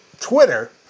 Twitter